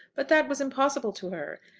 but that was impossible to her.